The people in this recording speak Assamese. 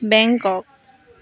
বেংকক